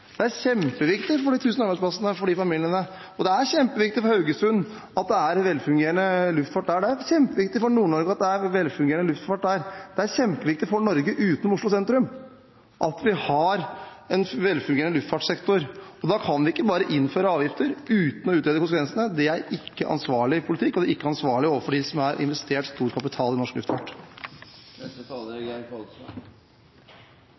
det er kjempeviktig med de tusen arbeidsplassene for de familiene det gjelder. Og det er kjempeviktig for Haugesund at det er en velfungerende luftfart der, det er kjempeviktig for Nord-Norge at det er en velfungerende luftfart der – det er kjempeviktig for Norge, utenom Oslo sentrum, at vi har en velfungerende luftfartssektor. Da kan vi ikke bare innføre avgifter uten å utrede konsekvensene. Det er ikke ansvarlig politikk, og det er ikke ansvarlig overfor dem som har investert stor kapital i norsk luftfart.